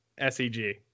SEG